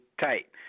tight